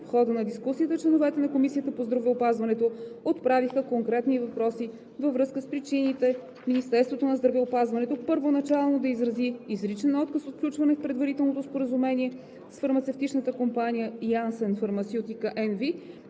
В хода на дискусията членовете на Комисията по здравеопазването отправиха конкретни въпроси във връзка с причините Министерството на здравеопазването първоначално да изрази изричен отказ от включване в предварителното Споразумение с фармацевтичната компания Janssen Pharmaceutica NV,